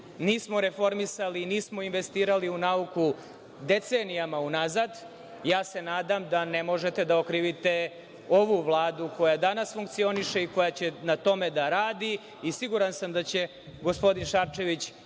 nismo reformisali i nismo investirali u nauku decenijama unazad, ja se nadam da ne možete da okrivite ovu Vladu koja danas funkcioniše i koja će na tome da radi i siguran sam da će gospodin Šarčević